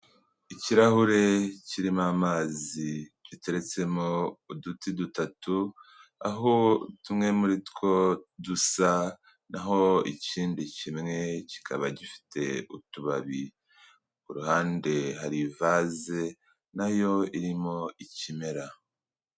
Ikirahure kirimo amazi giteretsemo uduti dutatu aho tumwe muri two dusa na ho ikindi kimwe kikaba gifite utubabi, ku ruhande hari ivaze na yo irimo ikimera.